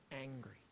angry